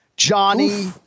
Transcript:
Johnny